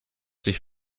sich